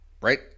Right